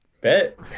Bet